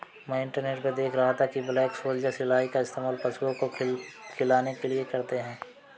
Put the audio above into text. मैं इंटरनेट पर देख रहा था कि ब्लैक सोल्जर सिलाई का इस्तेमाल पशुओं को खिलाने के लिए करते हैं